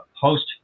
post